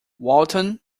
walton